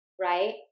right